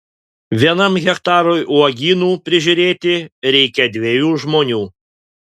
vienam hektarui uogynų prižiūrėti reikia dviejų žmonių